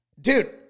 Dude